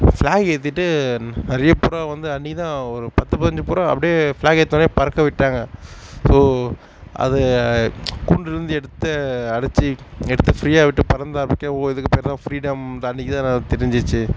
flag ஏற்றிட்டு நிறைய புறா வந்து அன்றைக்கிதான் ஒரு பத்து பதினைஞ்சி புறா அப்படியே ஃப்ளாக் ஏற்றினவொன்னே பறக்க விட்டாங்க ஸோ அது கூண்டுலேருந்து எடுத்து அடைச்சி எடுத்து ஃப்ரீயாக விட்டு பறந்தால் அப்படியே ஓடுறதுக்கு பேர் தான் ஃப்ரீடம் அன்றைக்கிதான் நான் தெரிஞ்சிச்சு